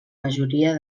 majoria